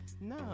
No